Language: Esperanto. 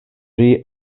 pri